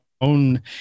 own